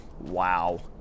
Wow